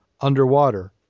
underwater